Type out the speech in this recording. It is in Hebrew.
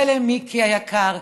ולמיקי היקר,